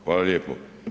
Hvala lijepo.